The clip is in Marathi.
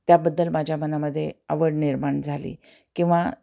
त्याबद्दल माझ्या मनामध्येे आवड निर्माण झाली किंवा